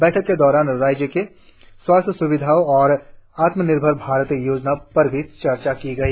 बैठक के दौरान राज्य में स्वास्थ्य स्विधाओं और आत्म निर्भर भारत योजना पर भी चर्चा की गई